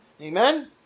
Amen